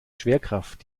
schwerkraft